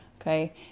okay